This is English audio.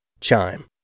Chime